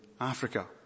Africa